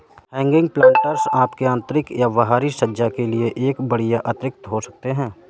hanging planters आपके आंतरिक या बाहरी सज्जा के लिए एक बढ़िया अतिरिक्त हो सकते है